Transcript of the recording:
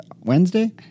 Wednesday